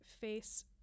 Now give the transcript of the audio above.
face